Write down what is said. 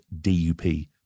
DUP